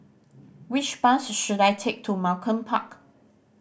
which bus should I take to Malcolm Park